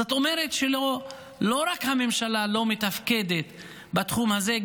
זאת אומרת שלא רק שהממשלה לא מתפקדת בתחום הזה,